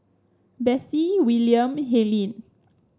Besse Wiliam Helyn